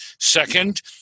Second